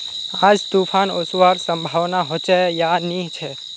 आज तूफ़ान ओसवार संभावना होचे या नी छे?